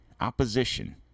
opposition